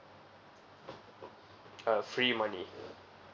uh free money